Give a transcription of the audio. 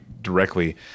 directly